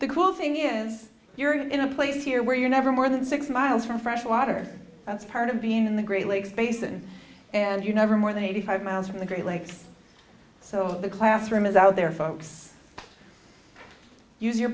the cool thing is you're in a place here where you're never more than six miles from fresh water that's part of being in the great lakes basin and you never more than eighty five miles from the great lakes so the classroom is out there folks use your